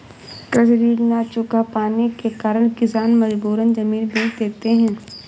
कृषि ऋण न चुका पाने के कारण किसान मजबूरन जमीन बेच देते हैं